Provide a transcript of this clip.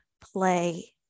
play